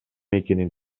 экенин